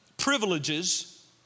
privileges